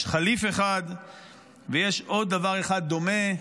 יש ח'ליף אחד ויש עוד דבר אחד דומה,